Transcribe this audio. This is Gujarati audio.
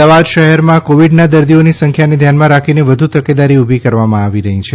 અમદાવાદ શહેરમાં કોવિડના દર્દીઓની સંખ્યાને ધ્યાનમાં રાખીને વધુ તકેદારી ઊભી કરવામાં આવી રહી છે